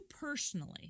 personally